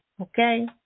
Okay